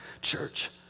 church